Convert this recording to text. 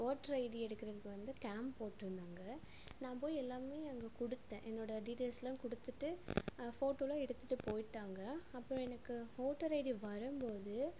voter ID எடுக்கிறதுக்கு வந்து camp போட்டிருந்தாங்க நான் போய் எல்லாமே அங்கே கொடுத்தேன் என்னோட டீடைல்ஸ் எல்லாம் கொடுத்துட்டு ஃபோட்டோயெலாம் எடுத்துகிட்டுப் போய்விட்டாங்க அப்புறம் எனக்கு ஓட்டர் ஐடி வரும்போது